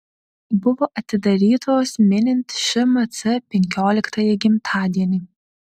buvo atidarytos minint šmc penkioliktąjį gimtadienį